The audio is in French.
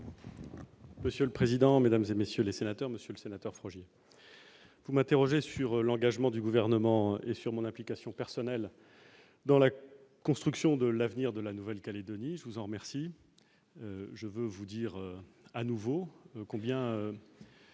Monsieur le président, Mesdames et messieurs les sénateurs, Monsieur le Sénateur, fragile, vous m'interrogez sur l'engagement du gouvernement et sur mon implication personnelle dans la construction de l'avenir de la Nouvelle-Calédonie, je vous en remercie, je veux vous dire à nouveau combien